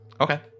Okay